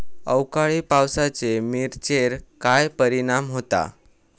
अवकाळी पावसाचे मिरचेर काय परिणाम होता?